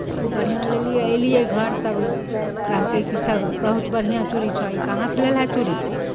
खूब बढ़िआँ लेलियै एलियै घर सभ ने कहलकै कि सभ बहुत बढ़िआँ चूड़ी छह ई कहाँसँ लेलहेँ चूड़ी